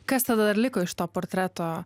kas tada dar liko iš to portreto